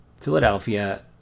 Philadelphia